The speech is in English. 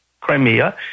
Crimea